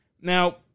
Now